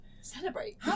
Celebrate